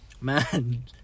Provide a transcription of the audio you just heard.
Man